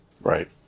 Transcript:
right